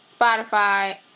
Spotify